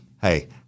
Hey